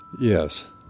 Yes